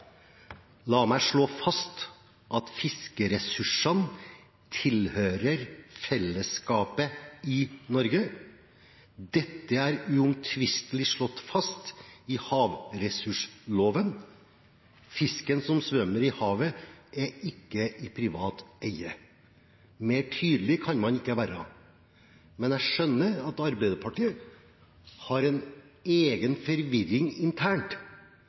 fast at fiskeressursene tilhører fellesskapet i Norge, at dette er uomtvistelig slått fast i havressursloven, og at fisken som svømmer i havet, ikke er i privat eie. Mer tydelig kan man ikke være. Men jeg skjønner at Arbeiderpartiet har en egen forvirring internt,